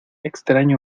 extraño